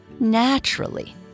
Naturally